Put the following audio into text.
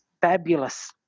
fabulous